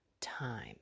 time